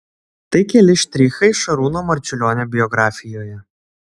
tai keli štrichai šarūno marčiulionio biografijoje